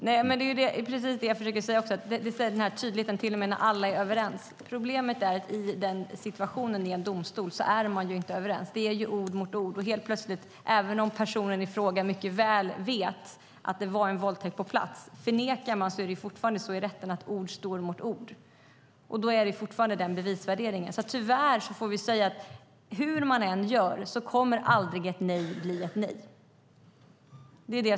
Herr talman! Det är precis det jag försöker säga. Det handlar om tydligheten, till och med när alla är överens. Problemet är att i denna situation i en domstol är man inte överens. Det är ord mot ord. Även om personen i fråga mycket väl vet att det skedde en våldtäkt på plats är det fortfarande så i rätten att ord står mot ord om man förnekar detta. Då gäller fortfarande denna bevisvärdering. Tyvärr får vi säga att hur man än gör kommer aldrig ett nej att bli ett nej.